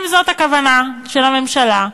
אם זאת הכוונה של הממשלה,